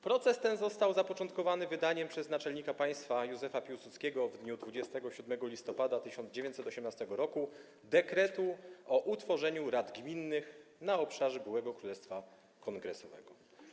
Proces ten został zapoczątkowany wydaniem przez naczelnika państwa Józefa Piłsudskiego w dniu 27 listopada 1918 r. dekretu o utworzeniu Rad Gminnych na obszarze byłego Królestwa Kongresowego.